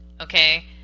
Okay